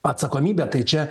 atsakomybę tai čia